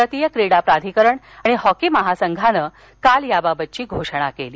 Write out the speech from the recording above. भारतीय क्रीडा प्राधिकरण आणि हॉकी महासंघानं काल या बाबतची घोषणा केली